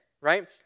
right